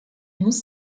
muss